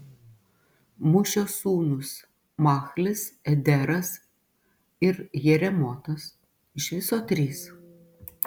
mušio sūnūs machlis ederas ir jeremotas iš viso trys